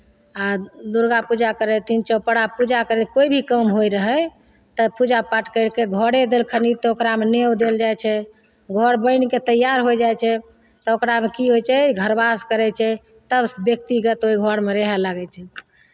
आ दुर्गा पूजा करैत रहथिन चौपहरा पूजा करैत रहथिन कोइ भी काम होइत रहय तऽ पूजा पाठ करि कऽ घरे देलखनि तऽ ओकरामे नेओ देल जाइ छै घर बनि कऽ तैयार होय जाइ छै तऽ ओकरामे की होइ छै घरवास करै छै तब व्यक्तिगत ओहि घरमे रहय लागै छै